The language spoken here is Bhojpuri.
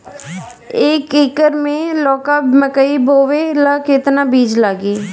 एक एकर मे लौका मकई बोवे ला कितना बिज लागी?